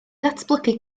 datblygu